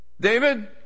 David